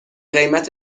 قیمت